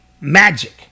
magic